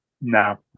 No